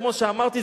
כמו שאמרתי,